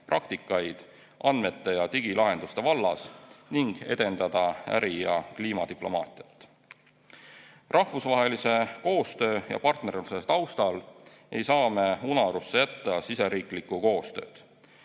praktikaid andmete ja digilahenduste vallas ning edendada äri‑ ja kliimadiplomaatiat. Rahvusvahelise koostöö ja partnerluse taustal ei saa me unarusse jätta siseriiklikku koostööd.